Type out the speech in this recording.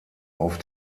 auf